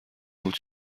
بود